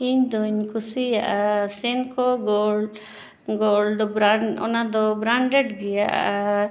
ᱤᱧ ᱫᱩᱧ ᱠᱩᱥᱤᱭᱟᱜᱼᱟ ᱥᱮᱱᱠᱳ ᱜᱳᱞᱰ ᱜᱳᱞᱰ ᱵᱨᱟᱱᱰ ᱚᱱᱟ ᱫᱚ ᱵᱨᱟᱱᱰᱮᱰ ᱜᱮᱭᱟ ᱟᱨ